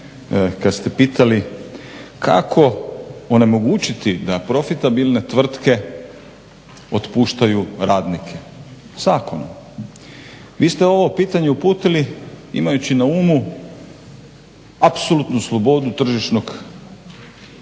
kada ste pitali, kako onemogućiti da profitabilne tvrtke otpuštaju radnike? Zakonom. Vi ste ovo pitanje uputili imajući na umu apsolutnu slobodu tržišnog tržišta,